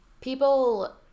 people